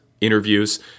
interviews